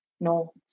no